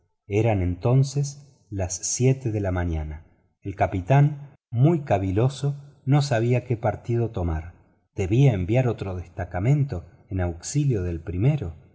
eran entonces las siete de la mañana el capitán muy caviloso no sabía qué partido tomar debía enviar otro destacamento en auxilio del primero